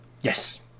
Yes